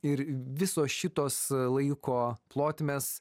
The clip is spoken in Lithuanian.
ir visos šitos laiko plotmės